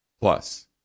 Plus